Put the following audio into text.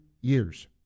years